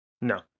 No